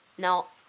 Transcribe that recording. no,